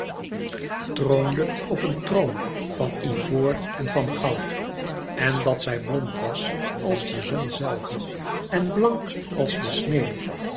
troonde op een troon van ivoor en van goud en dat zij blond was als de zon zelve en blank als de sneeuw